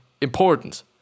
important